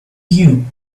you